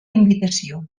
invitació